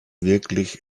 wirklich